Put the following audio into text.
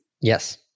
Yes